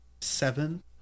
Seven